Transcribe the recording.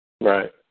right